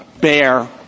bear